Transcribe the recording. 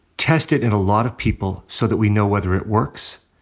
test it in a lot of people so that we know whether it works.